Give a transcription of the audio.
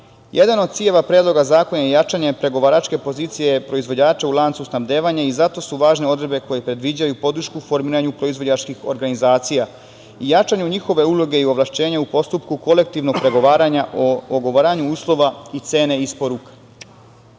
od ciljeva Predloga zakona je jačanje pregovaračke pozicije proizvođača u lancu snabdevanja i zato su važne odredbe koje predviđaju podršku u formiranju proizvođačkih organizacija i jačanju njihove uloge i ovlašćenja u postupku kolektivnog pregovaranja u ugovaranju uslova i cene isporuka. Na